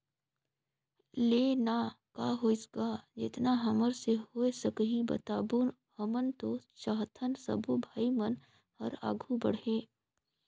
ले ना का होइस गा जेतना हमर से होय सकही बताबो हमन तो चाहथन सबो भाई मन हर आघू बढ़े